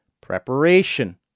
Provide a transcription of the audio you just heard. Preparation